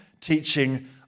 teaching